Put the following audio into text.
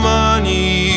money